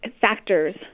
factors